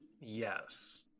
Yes